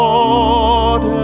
Lord